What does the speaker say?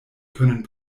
können